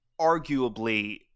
arguably